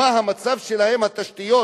מצב התשתיות